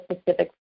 specific